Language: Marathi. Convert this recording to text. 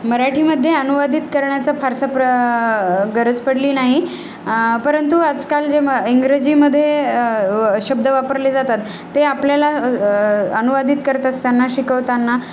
मराठीमध्ये अनुवादित करण्याचा फारसा प्र गरज पडली नाही परंतु आजकाल जे म इंग्रजीमध्ये व शब्द वापरले जातात ते आपल्याला अनुवादित करत असताना शिकवताना